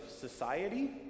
society